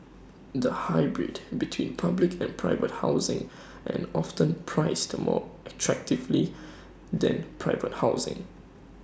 the hybrid between public and private housing and often priced more attractively than private housing